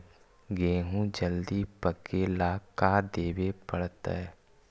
गेहूं जल्दी पके ल का देबे पड़तै?